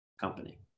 company